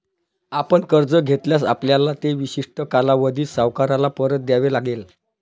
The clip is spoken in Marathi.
आपण कर्ज घेतल्यास, आपल्याला ते विशिष्ट कालावधीत सावकाराला परत द्यावे लागेल